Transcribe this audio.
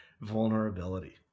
vulnerability